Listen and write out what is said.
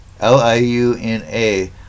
LIUNA